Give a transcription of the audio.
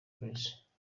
grace